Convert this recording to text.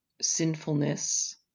sinfulness